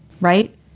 Right